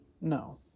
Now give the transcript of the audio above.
No